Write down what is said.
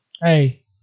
Hey